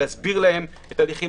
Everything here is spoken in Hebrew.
להסביר להם את ההליכים,